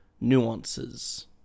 nuances